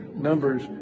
numbers